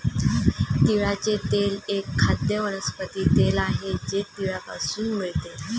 तिळाचे तेल एक खाद्य वनस्पती तेल आहे जे तिळापासून मिळते